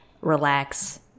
relax